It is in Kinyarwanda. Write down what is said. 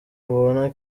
ubona